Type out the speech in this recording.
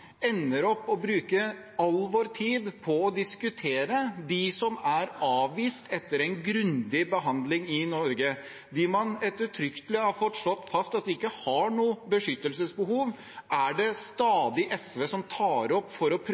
ender opp med å bruke all vår tid på å diskutere dem som er avvist etter en grundig behandling i Norge. De man ettertrykkelig har fått slått fast at ikke har noe beskyttelsesbehov, er det stadig SV som tar opp for å